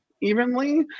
evenly